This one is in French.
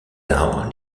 arbres